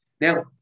Now